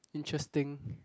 interesting